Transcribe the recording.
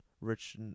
rich